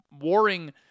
warring